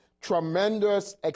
tremendous